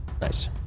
Nice